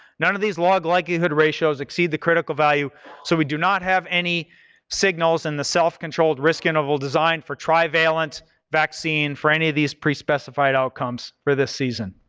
none of these log likelihood ratios exceed the critical value so we do not have any signals in the self-controlled risk interval design for trivalent vaccine for any of these pre-specified outcomes for this season.